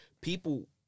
people